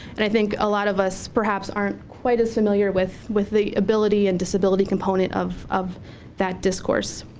and i think a lot of us perhaps aren't quite as familiar with with the ability and disability component of of that discourse.